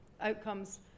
outcomes